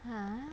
!huh!